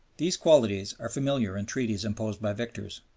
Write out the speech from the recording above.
these qualities are familiar in treaties imposed by victors.